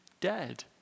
dead